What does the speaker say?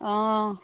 অঁ